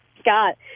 Scott